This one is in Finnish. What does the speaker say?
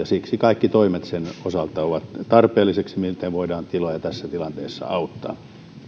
siksi kaikki toimet sen osalta ovat tarpeelliset miten voidaan tiloja tässä tilanteessa auttaa